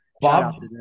Bob